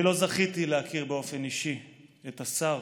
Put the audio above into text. אני לא זכיתי להכיר באופן אישי את השר